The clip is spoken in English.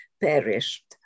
perished